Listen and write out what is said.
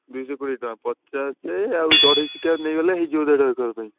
ଦୁଇଶହ କୋଡ଼ିଏ ଟଙ୍କା ପଚାଶ ଆଉ ଅଢ଼େଇଶକିଆ ନେଇଗଲେ ହେଇଯିବ ଦେଢ଼ ଏକର ପାଇଁ